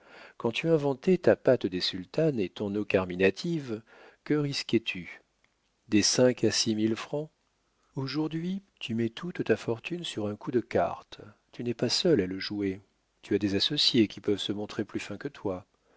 quand tu inventais ta pâte des sultanes et ton eau carminative que risquais tu des cinq à six mille francs aujourd'hui tu mets toute ta fortune sur un coup de cartes tu n'es pas seul à le jouer tu as des associés qui peuvent se montrer plus fins que toi